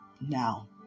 now